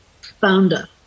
founder